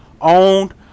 owned